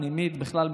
פנימית בכלל,